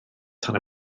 tan